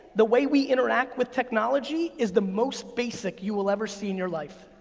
the way we interact with technology is the most basic you will ever see in your life.